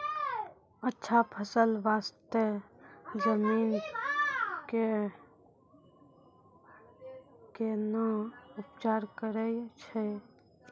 अच्छा फसल बास्ते जमीन कऽ कै ना उपचार करैय छै